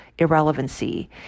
irrelevancy